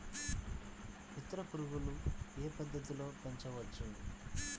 మిత్ర పురుగులు ఏ పద్దతిలో పెంచవచ్చు?